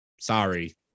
sorry